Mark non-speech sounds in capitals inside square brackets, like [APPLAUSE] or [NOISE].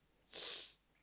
[NOISE]